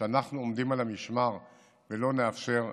שאנחנו עומדים על המשמר ולא נאפשר פגיעה.